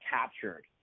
captured